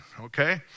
okay